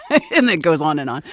and it goes on and on.